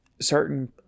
certain